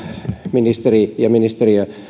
ministeri ja ministeriö